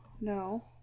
no